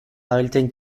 abeltzain